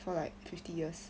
for like fifty years